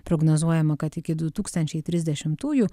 prognozuojama kad iki su tūkstančiai trisdešimtųjų